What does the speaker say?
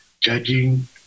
judging